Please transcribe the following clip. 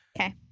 Okay